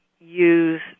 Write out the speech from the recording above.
use